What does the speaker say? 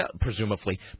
presumably